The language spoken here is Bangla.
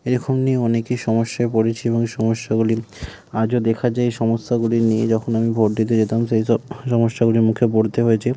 এরকম নিয়ে অনেকই সমস্যায় পড়েছি এবং সমস্যাগুলি আজও দেখা যায় এই সমস্যাগুলি নিয়ে যখন আমি ভোট দিতে যেতাম সেই সব সমস্যাগুলির মুখে পড়তে হয়েছে